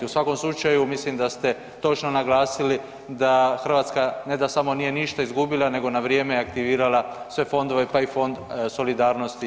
U svakom slučaju mislim da ste točno naglasili da Hrvatska ne samo da nije ništa izgubila nego na vrijeme aktivirala sve fondove, pa i Fond solidarnosti EU.